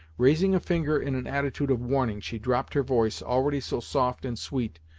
raising a finger in an attitude of warning, she dropped her voice, already so soft and sweet,